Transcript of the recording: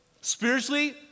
Spiritually